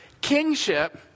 kingship